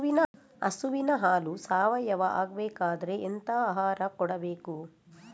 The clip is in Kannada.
ಹಸುವಿನ ಹಾಲು ಸಾವಯಾವ ಆಗ್ಬೇಕಾದ್ರೆ ಎಂತ ಆಹಾರ ಕೊಡಬೇಕು?